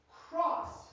cross